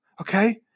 okay